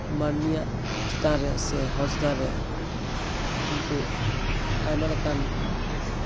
ᱢᱟᱹᱱᱢᱤᱭᱟᱜ ᱪᱮᱛᱟᱱ ᱨᱮ ᱥᱮ ᱦᱚᱲ ᱪᱮᱛᱟᱱ ᱨᱮ ᱩᱱᱠᱩ ᱟᱭᱢᱟ ᱞᱮᱠᱟᱱ